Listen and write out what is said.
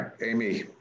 Amy